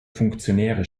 funktionäre